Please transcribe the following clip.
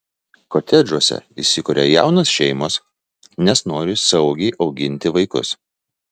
kotedžuose įsikuria jaunos šeimos nes nori saugiai auginti vaikus